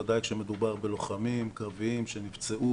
בוודאי שמדובר בלוחמים קרביים שנפצעו